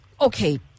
okay